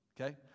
okay